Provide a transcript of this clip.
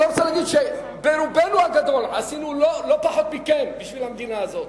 אני לא רוצה להגיד שברובנו הגדול עשינו לא פחות מכם בשביל המדינה הזאת,